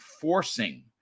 forcing